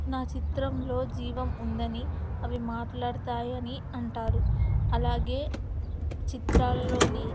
నా చిత్రంలో జీవం ఉందని అవి మాట్లాడతాయని అంటారు అలాగే చిత్రాలలోని